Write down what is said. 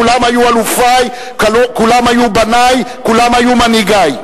כולם היו אלופי, כולם היו בני, כולם היו מנהיגי.